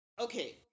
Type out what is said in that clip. Okay